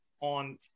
on